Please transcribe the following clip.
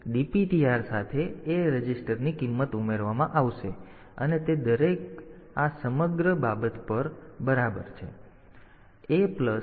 તેથી dptr સાથે A રજિસ્ટરની કિંમત ઉમેરવામાં આવશે અને તે દરે આ સમગ્ર બાબત પર બરાબર છે દરે A પ્લસ dptr પર છે